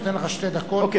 אני נותן לך שתי דקות לסיים.